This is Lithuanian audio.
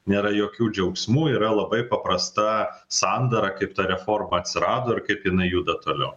nėra jokių džiaugsmų yra labai paprasta sandara kaip ta reforma atsirado ir kaip jinai juda toliau